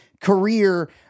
career